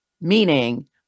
meaning